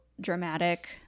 dramatic